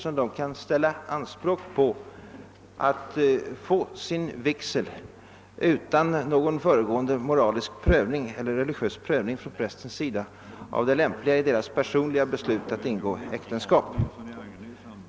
De bör kunna ställa anspråk på att få sin vigsel förrättad utan föregående moralisk eller religiös prövning från prästens sida om lämpligheten av deras personliga beslut att ingå äktenskap.